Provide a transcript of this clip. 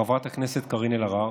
חברת הכנסת קארין אלהרר,